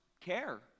care